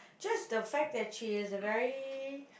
just the fact that she is a very